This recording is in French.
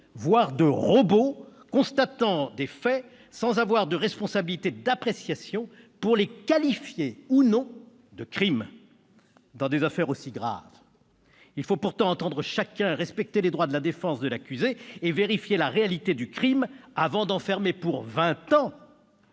voire de robot, constatant des faits sans avoir de responsabilité d'appréciation pour les qualifier ou non de crimes. Dans des affaires si graves, il faut pourtant entendre chacun, respecter les droits de la défense de l'accusé et vérifier la réalité du crime avant d'enfermer pour vingt ans